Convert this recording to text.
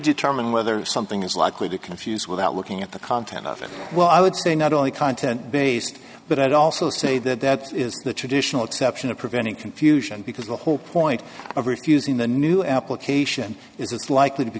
determine whether something is likely to confuse without looking at the content of it well i would say not only content based but i'd also say that that is the traditional exception of preventing confusion big the whole point of refusing the new application is it's likely to be